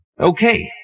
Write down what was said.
Okay